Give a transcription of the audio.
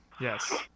Yes